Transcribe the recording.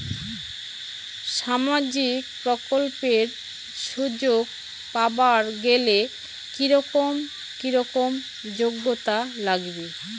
সামাজিক প্রকল্পের সুযোগ পাবার গেলে কি রকম কি রকম যোগ্যতা লাগিবে?